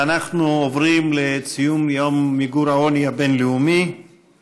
אנחנו עוברים לציון היום הבין-לאומי למיגור העוני.